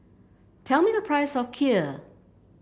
tell me the price of Kheer